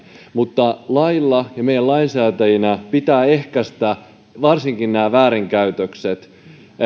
mutta lailla ja meidän lainsäätäjinä pitää ehkäistä varsinkin nämä väärinkäytökset